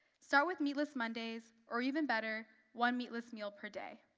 start with meatless mondays or even better, one meatless meal per day.